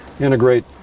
integrate